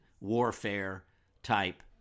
warfare-type